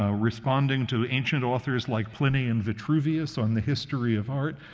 ah responding to ancient authors like pliny and vitruvius on the history of art,